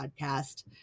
podcast